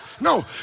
No